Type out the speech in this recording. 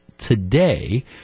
Today